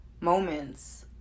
moments